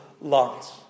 lots